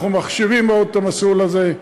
אנחנו מחשיבים מאוד את המסלול הזה,